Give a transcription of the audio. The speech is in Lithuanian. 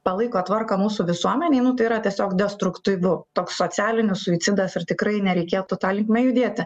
palaiko tvarką mūsų visuomenėj nu tai yra tiesiog destruktyvu toks socialinių suicidas ir tikrai nereikėtų ta linkme judėti